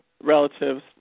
relatives